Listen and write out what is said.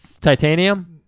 titanium